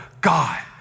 God